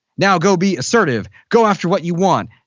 now go be assertive! go after what you want!